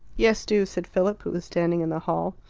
yes, do, said philip, who was standing in the hall.